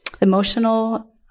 emotional